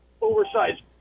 oversized